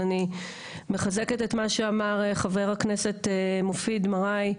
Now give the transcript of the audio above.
אז אני מחזקת את מה שאמר חבר הכנסת מופיד מרעי,